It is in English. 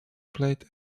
played